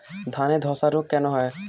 ধানে ধসা রোগ কেন হয়?